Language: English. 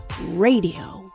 Radio